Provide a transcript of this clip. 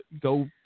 go